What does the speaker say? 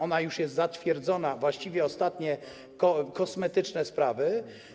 Ona jest już zatwierdzona, właściwie to ostatnie, kosmetyczne sprawy.